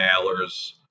mailers